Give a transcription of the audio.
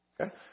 Okay